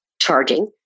charging